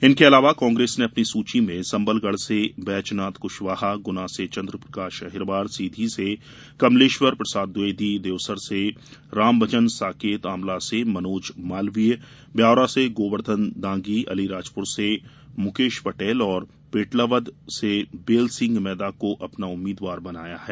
इनके अलावा कांग्रेस ने अपनी सूची में संबलगढ़ से बैजनाथ कुशवाहा गुना से चन्द्रप्रकाश अहिरवारसीधी से कमलेश्वर प्रसाद द्विवेदी देवसर से रामभजन साकेत आमला से मनोज मालवीय ब्यावरा से गोर्वधन डांगी अलीराजपुर से मुकेश पटेल और पेटलावद बेलसिंह मेदा को अपना उम्मीदवार बनाया है